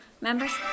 members